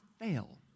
fail